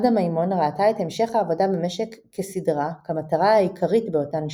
עדה מימון ראתה את המשך העבודה במשק כסדרה כמטרה העיקרית באותן שנים,